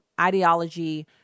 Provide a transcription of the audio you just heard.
ideology